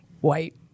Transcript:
white